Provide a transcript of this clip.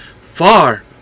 far